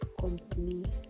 company